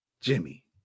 Jimmy